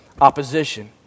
opposition